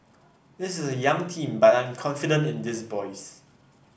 this is a young team but I am confident in these boys